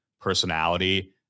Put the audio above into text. personality